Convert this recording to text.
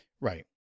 Right